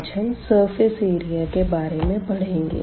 आज हम surface area के बारे में पढ़ेंगे